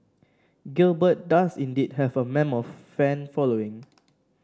Gilbert does indeed have a mammoth fan following